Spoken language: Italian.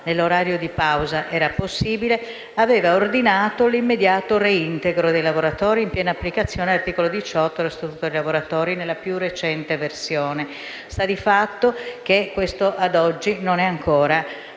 nell'orario di pausa era possibile, aveva ordinato l'immediato reintegro dei lavoratori, in piena applicazione dell'articolo 18 dello statuto dei lavoratori nella più recente versione. Sta di fatto che ad oggi questo non è ancora